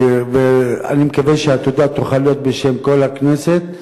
אני מקווה שהתודה תוכל להיות בשם כל הכנסת,